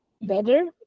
better